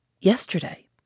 Yesterday